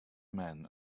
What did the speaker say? men